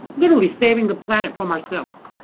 literally saving the planet from ourselves.